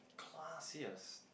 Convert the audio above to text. classiest